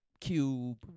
Cube